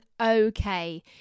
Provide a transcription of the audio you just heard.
okay